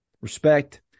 Respect